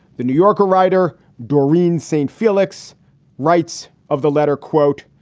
the new yorker writer doreen st. felix writes of the letter, quote,